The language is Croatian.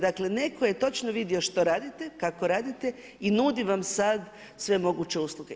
Dakle netko je točno vidio što radite, kako radite i nudi vam sada sve moguće usluge.